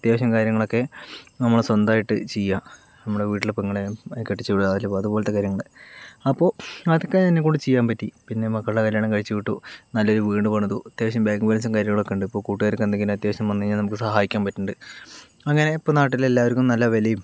അത്യാവശ്യം കാര്യങ്ങളൊക്കെ നമ്മള് സ്വന്തമായിട്ട് ചെയ്യുക നമ്മുടെ വീട്ടിൽ പെങ്ങളെ കെട്ടിച്ചു വിടുക അതുപോലത്തെ കാര്യങ്ങള് അപ്പോൾ അതൊക്കെ എന്നെക്കൊണ്ട് ചെയ്യാൻ പറ്റി പിന്നെ മക്കളുടെ കല്യാണം കഴിച്ചു വിട്ടു നല്ലൊരു വീട് പണിതു അത്യാവശ്യം ബാങ്ക് ബാലൻസും കാര്യങ്ങളൊക്കെ ഉണ്ട് ഇപ്പോൾ കൂട്ടുകാരൊക്കെ എന്തേലും അത്യാവശ്യം വന്നു കഴിഞ്ഞാൽ നമുക്ക് സഹായിക്കാൻ പറ്റണുണ്ട് അങ്ങനെ നാട്ടിലിപ്പോൾ എല്ലാവർക്കും നല്ല വിലയും കാര്യങ്ങളൊക്കെ ഉണ്ട്